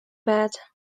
bad